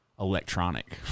electronic